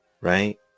right